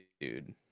dude